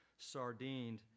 sardined